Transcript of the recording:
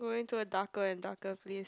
going to a darker and darker place